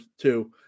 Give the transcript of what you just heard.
two